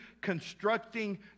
constructing